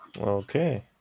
Okay